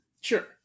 Sure